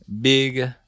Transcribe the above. Big